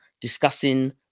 discussing